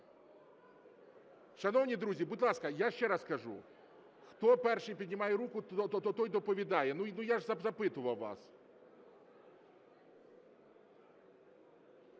Шановні друзі, будь ласка, я ще раз кажу: хто перший піднімає руку – той доповідає. Ну, я ж запитував вас.